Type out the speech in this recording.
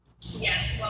Yes